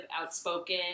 outspoken